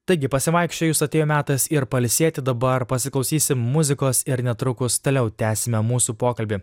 taigi pasivaikščiojus atėjo metas ir pailsėti dabar pasiklausysim muzikos ir netrukus toliau tęsime mūsų pokalbį